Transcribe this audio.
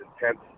intense